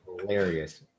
hilarious